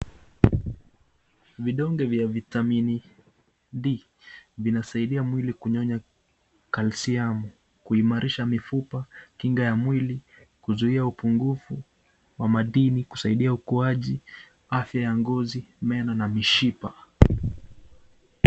Vidonge vya vitamini D vinasaidia mwili kunyonya calcium , kuimarisha mifupa, kinga ya mwili, kuzuia upungufu wa madini, kusaidia ukuaji, afya ya ngozi, meno na mishipa.